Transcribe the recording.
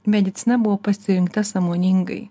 medicina buvo pasirinkta sąmoningai